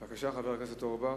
בבקשה, חבר הכנסת אורבך.